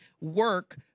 work